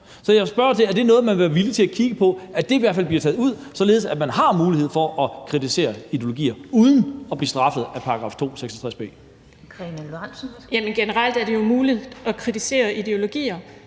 Så jeg spørger til, om man vil være villig til at kigge på, at det i hvert fald blev taget ud, således at man har mulighed for at kritisere ideologier uden at blive straffet med henvisning til § 266 b. Kl. 16:24 Den fg.